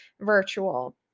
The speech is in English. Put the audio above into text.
virtual